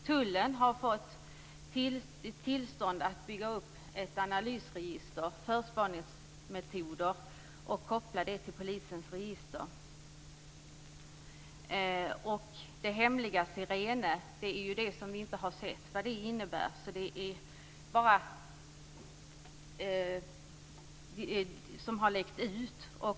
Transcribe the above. Tullen har fått tillstånd att bygga upp ett analysregister - det gäller förspaningsmetoder - och koppla det till polisens register. Det hemliga SIRENE är ju det som vi inte har sett vad det innebär. Det är bara en del som har läckt ut.